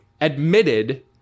admitted